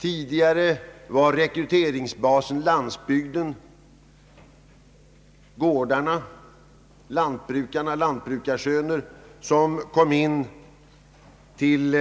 Tidigare var rekryteringsbasen befolkningen på landsbygden — lantbrukarna och lantbrukarsönerna kom in till